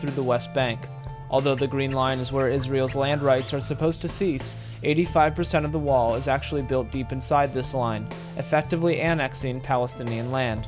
to the west bank although the green line is where israel's land rights are supposed to cease eighty five percent of the wall is actually build deep inside this line effectively annex in palestinian land